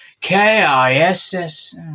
K-I-S-S